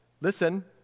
listen